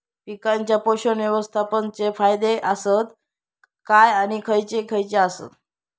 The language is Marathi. पीकांच्या पोषक व्यवस्थापन चे फायदे आसत काय आणि खैयचे खैयचे आसत?